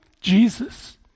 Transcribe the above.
Jesus